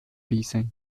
píseň